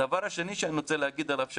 הדבר השני שאני רוצה להגיד עליו,